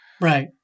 Right